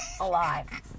Alive